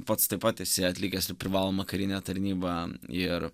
pats taip pat esi atlikęs ir privalomą karinę tarnybą ir